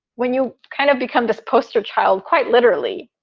when you kind of become the poster child, quite literally,